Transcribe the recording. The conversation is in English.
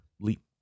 Leap